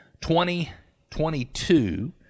2022